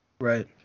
Right